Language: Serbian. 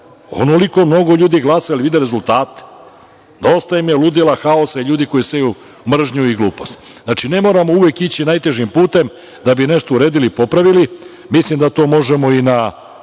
Onoliko mnogo ljudi je glasalo, vide rezultate. Dosta im je ludila, haosa i ljudi koji seju mržnju i gluposti. Znači, ne moramo uvek ići najtežim putem da bi nešto uredili i popravili. Mislim da to možemo i na